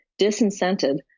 disincented